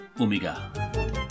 Omega